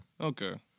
Okay